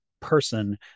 person